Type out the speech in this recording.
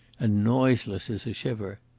and noiseless as a shiver.